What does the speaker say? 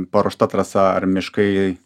paruošta trasa ar miškai